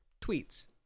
tweets